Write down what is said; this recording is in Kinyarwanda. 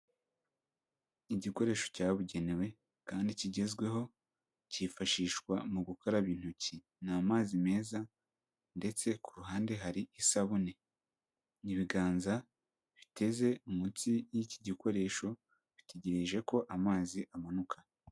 Igikoresho cyabugenewe kandi kigezweho cyifashishwa mu gukaraba intoki, ni amazi meza ndetse ku ruhande hari isabune n'ibibanza biteze munsi y'iki gikoresho, bitegereje ko amazi amanuka.